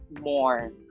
more